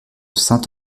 saint